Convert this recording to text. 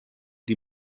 die